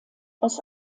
aus